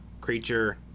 creature